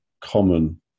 common